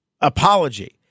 apology